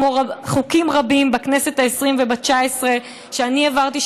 כמו חוקים רבים בכנסת העשרים ובכנסת התשע עשרה שאני העברתי,